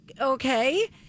okay